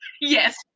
Yes